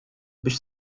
biex